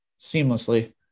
seamlessly